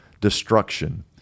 destruction